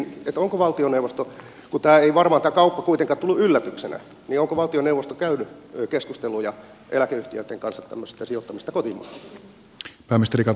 kun tämä kauppa ei kuitenkaan varmaan tullut yllätyksenä niin onko valtioneuvosto käynyt keskusteluja eläkeyhtiöitten kanssa tämmöisestä sijoittamisesta kotimaahan